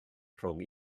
rhwng